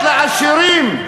שטויות,